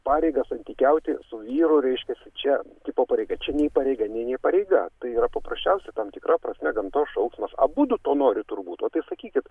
pareigą santykiauti su vyru reiškiasi čia tipo pareiga čia nei pareiga nei ne pareiga tai yra paprasčiausiai tam tikra prasme gamtos šauksmas abudu to nori turbūt o tai sakykit